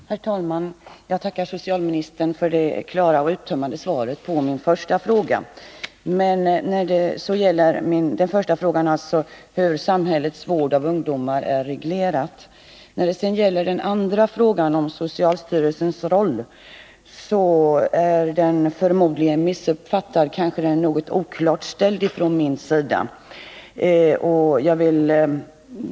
Herr talman! Jag tackar socialministern för det klara och uttömmande svaret på min första fråga, som gällde hur samhällets vård av ungdomar är reglerad. Min andra fråga, om socialstyrelsens roll, är förmodligen missuppfattad — den är kanske något oklart formulerad av mig.